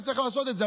שצריך לעשות את זה,